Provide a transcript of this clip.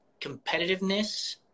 competitiveness